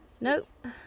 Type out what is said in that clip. Nope